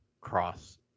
cross